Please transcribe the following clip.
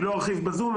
אני לא ארחיב בזום.